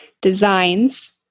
designs